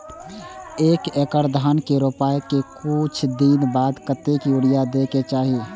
एक एकड़ धान के रोपाई के कुछ दिन बाद कतेक यूरिया दे के चाही?